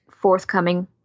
forthcoming